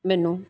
ਮੈਨੂੰ